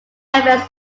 events